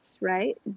right